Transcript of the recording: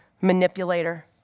manipulator